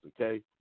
okay